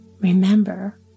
Remember